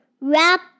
Wrap